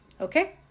Okay